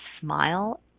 smile